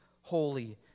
holy